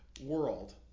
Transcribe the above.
world